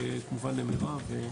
כמובן למירב,